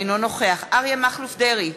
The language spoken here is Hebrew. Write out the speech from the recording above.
אינו נוכח אריה מכלוף דרעי,